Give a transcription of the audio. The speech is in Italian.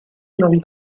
navi